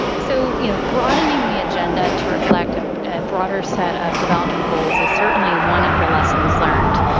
so you know broadening the agenda to reflect a broader set of development goals is certainly one of the lessons learned,